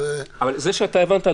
זה שאתה הבנת,